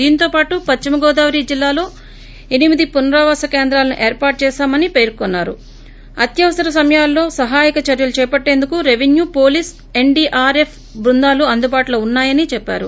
దీంతోపాటు పశ్చిమ గోదావరి జిల్లాలో ఎనిమిది పునరావాస కేంద్రాలను ఏర్పాటు చేశామని పేర్కొన్పారు అత్యవసర సమయాల్లో సహాయక చర్యలు చేపట్టేందుకు రెపెన్యూ పోలీసు ఎన్సీఆర్ఎఫ్ బృందాలు అందుబాటులో ఉన్నాయని చెప్పారు